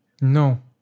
No